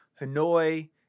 Hanoi